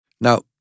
Now